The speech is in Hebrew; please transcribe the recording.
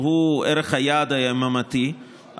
שהוא ערך היעד היממתי,